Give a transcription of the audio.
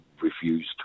refused